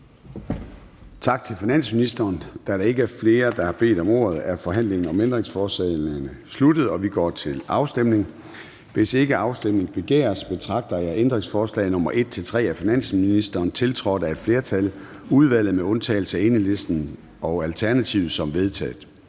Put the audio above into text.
Tak til finansministeren. Da der ikke er flere, der har bedt om ordet, er forhandlingen om ændringsforslagene sluttet, og vi går til afstemning. Kl. 13:13 Afstemning Formanden (Søren Gade): Hvis ikke afstemning begæres, betragter jeg ændringsforslag nr. 1-3 af finansministeren, tiltrådt af et flertal (udvalget med undtagelse af EL og ALT), som vedtaget.